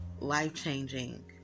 life-changing